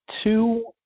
two